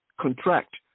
contract